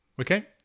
Okay